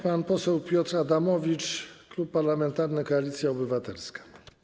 Pan poseł Piotr Adamowicz, Klub Parlamentarny Koalicja Obywatelska.